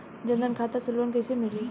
जन धन खाता से लोन कैसे मिली?